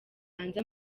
hanze